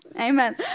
Amen